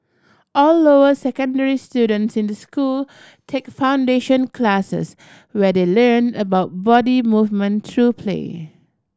all lower secondary students in the school take foundation classes where they learn about body movement through play